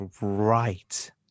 right